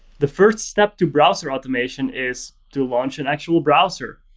the first step to browser automation is to launch an actual browser.